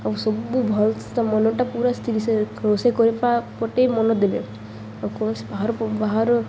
ଆଉ ସବୁ ଭଲ ତା ମନଟା ପୁରା ସ୍ଥିର ସେ ରୋଷେଇ କରିବା ପଟେ ମନ ଦେବେ ଆଉ କୌଣସି ବା ବାହାରୁ